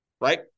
Right